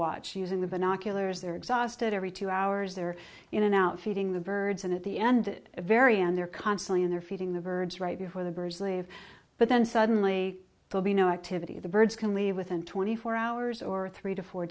watch using the binoculars they're exhausted every two hours they're in and out feeding the birds and at the end very end they're constantly in there feeding the birds right where the birds leave but then suddenly it will be no activity the birds can leave within twenty four hours or three to four